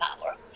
power